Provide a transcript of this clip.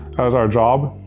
as our job?